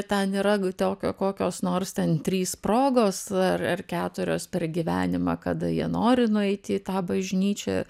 ten yra tokio kokios nors ten trys progos ar keturios per gyvenimą kada jie nori nueiti į tą bažnyčią